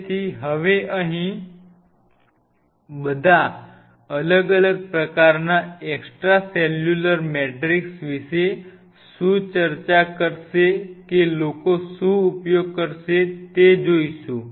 તેથી હવે અહીં બધા અલગ અલગ પ્રકારના એક્સ્ટ્રાસેલ્યુલર મેટ્રિક્સ વિશે શું ચર્ચા કરશે કે લોકો શું ઉપયોગ કરશે તે જોઈશું